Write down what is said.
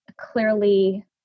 clearly